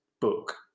book